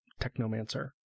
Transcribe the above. technomancer